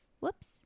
Whoops